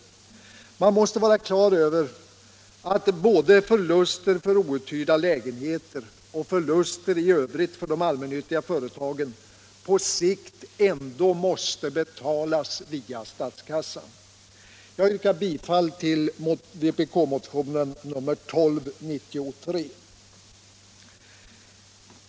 Man måste vara klar över att både förluster på grund av outhyrda lägenheter och förluster i övrigt för de allmännyttiga företagen på sikt ändå måste betalas via statskassan. Jag yrkar bifall till vpk-motionen 1293.